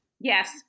Yes